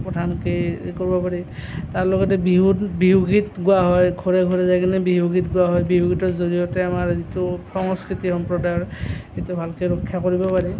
প্ৰধানকৈ হেৰি কৰিব পাৰি তাৰ লগতে বিহুত বিহু গীত গোৱা হয় ঘৰে ঘৰে যায় কেনে বিহু গীত গোৱা হয় বিহু গীতৰ জড়িয়তে আমাৰ যিটো সংস্কৃতি সম্প্ৰদায়ৰ সেইটো ভালকৈ ৰক্ষা কৰিব পাৰি